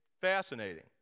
fascinating